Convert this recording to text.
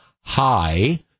high